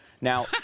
Now